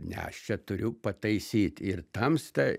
ne aš čia turiu pataisyt ir tamstą